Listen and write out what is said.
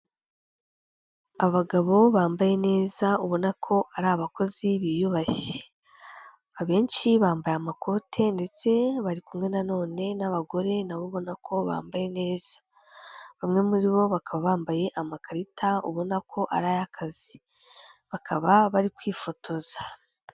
Abagabo bambaye neza ubona ko ari abakozi biyubashye, abenshi bambaye amakote ndetse bari kumwe na none n'abagore na bo ubona ko bambaye neza, bamwe muri bo bakaba bambaye amakarita ubona ko ari ay'akazi, bakaba bari kwifotoza.